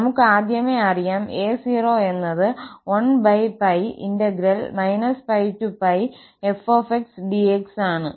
നമുക് ആദ്യമേ അറിയാം 𝑎0 എന്നത് 1𝜋 𝜋𝜋𝑓𝑥𝑑𝑥 ആണ്